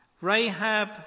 Rahab